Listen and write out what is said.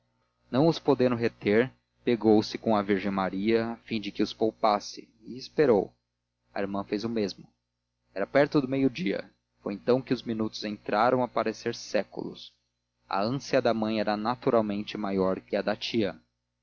não os podendo reter pegou-se com a virgem maria a fim de que os poupasse e esperou a irmã fez o mesmo era perto de meio-dia foi então que os minutos entraram a parecer séculos a ânsia da mãe era naturalmente maior que a da tia